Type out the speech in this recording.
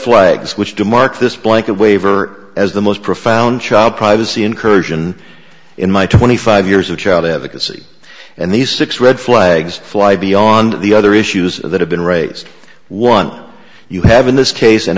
flags which demarked this blanket waiver as the most profound child privacy incursion in my twenty five years of child advocacy and these six red flags fly beyond the other issues that have been raised one you have in this case an